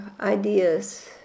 ideas